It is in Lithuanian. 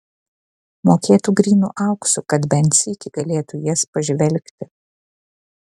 mokėtų grynu auksu kad bent sykį galėtų į jas pažvelgti